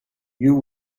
you